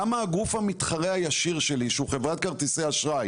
למה הגוף המתחרה הישיר שלי שהוא חברת כרטיסי אשראי